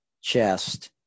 chest